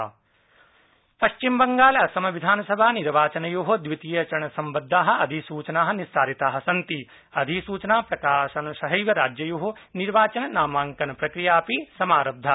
पश्चिम बंगाल असम निर्वाचन पश्चिम बंगाल असम विधानसभानिर्वाचनयोः द्वितीयचरणसम्बद्धाः अधिसूचनाः निस्सारिताः सन्ति अधिसूचनाप्रकाशन सहैव राज्ययोः निर्वाचननामांकनप्रक्रिया समारब्धा